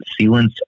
sealant's